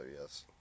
yes